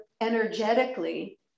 energetically